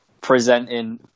presenting